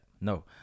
No